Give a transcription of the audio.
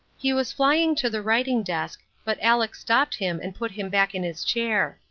he was flying to the writing-desk, but aleck stopped him and put him back in his chair.